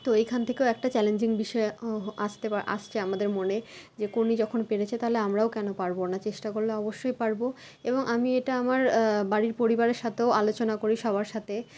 তো এখান থেকেও একটা চ্যালেঞ্জিং বিষয় ও হো আসতে আসছে আমাদের মনে যে কোনি যখন পেরেছে তাহলে আমরাও কেন পারবো না চেষ্টা করলে অবশ্যই পারবো এবং আমি এটা আমার বাড়ির পরিবারের সাথেও আলোচনা করি সবার সাথে